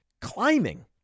Climbing